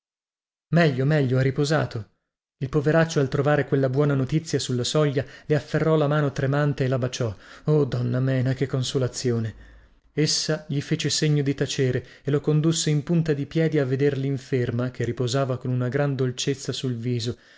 meglio meglio ha riposato il poveraccio al trovare quella buona notizia sulla soglia le afferrò la mano tremante e la baciò oh donna mena che consolazione essa gli fece segno di tacere e lo condusse in punta di piedi a veder linferma che riposava con una gran dolcezza sul viso